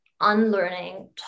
unlearning